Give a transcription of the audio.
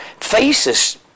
faces